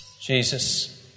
Jesus